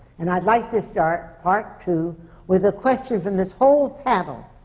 and i'd like to start part two with a question for this whole panel.